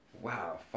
Wow